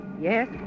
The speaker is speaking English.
Yes